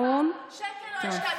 רק שנייה.